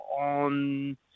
on